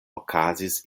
okazis